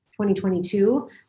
2022